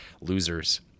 losers